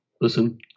listen